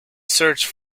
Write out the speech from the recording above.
searched